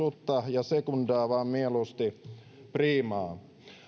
ja sekundaa vaan mieluusti priimaa